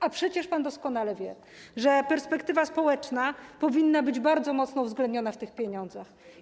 A przecież pan doskonale wie, że perspektywa społeczna powinna być bardzo mocno uwzględniona w tych pieniądzach.